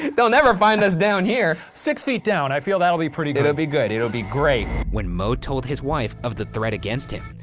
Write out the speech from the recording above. they'll never find us down here. six feet down, i feel that'll be pretty good. it'll be good, it'll be great. when moe told his wife of the threat against him,